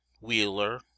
Wheeler